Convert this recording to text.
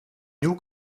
nieuw